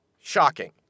Shocking